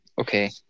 okay